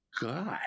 god